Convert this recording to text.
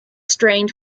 strained